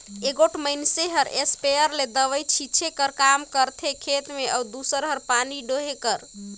एगोट मइनसे हर इस्पेयर ले दवई छींचे कर काम करथे खेत में अउ दूसर हर पानी डोहे कर